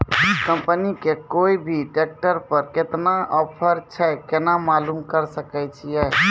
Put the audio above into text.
Company के कोय भी ट्रेक्टर पर केतना ऑफर छै केना मालूम करऽ सके छियै?